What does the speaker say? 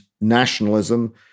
nationalism